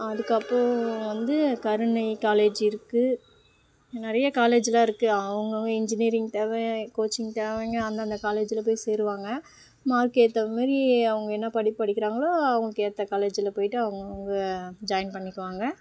அதுக்கப்புறம் வந்து கருணை காலேஜ் இருக்குது நிறைய காலேஜ்லெல்லாம் இருக்குது அவுங்கவங்க இன்ஜினியரிங் தேவையா கோச்சிங் தேவைங்க அந்தந்த காலேஜ்ஜில் போய் சேர்வாங்க மார்க் ஏற்ற மாரி அவங்க என்ன படிப்பு படிக்கிறாங்களோ அவங்களுக்கேத்த காலேஜ்ஜில் போய்விட்டு அவுங்கவங்க ஜாயின் பண்ணிக்குவாங்க